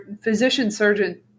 physician-surgeon